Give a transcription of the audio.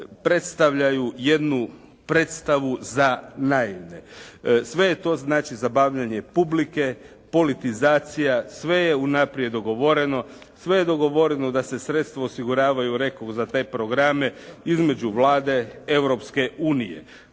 predstavljaju jednu predstavu za naivne. Sve je to znači zabavljanje publike, politizacija, sve je unaprijed dogovoreno, sve je dogovoreno da se sredstva osiguravaju rekoh za te programe između Vlade, Europske unije.